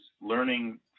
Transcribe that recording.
learning